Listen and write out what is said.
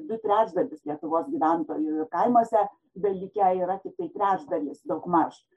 du trečdalius lietuvos gyventojų ir kaimuose belikę yra tiktai trečdalis daugmaž